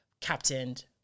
captained